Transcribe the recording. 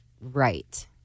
right